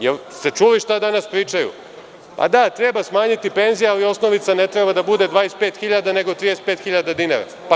Jel ste čuli šta danas pričaju – da, treba smanjiti penzije, ali osnovica ne treba da bude 25.000 nego 35.000 dinara.